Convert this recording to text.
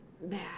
bad